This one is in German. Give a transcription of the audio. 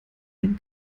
einen